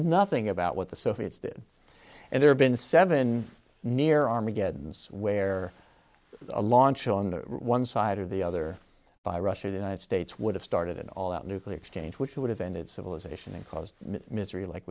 nothing about what the soviets did and there have been seven near armageddons where a launch on one side or the other by russia the united states would have started an all out nuclear exchange which would have ended civilization and cause misery like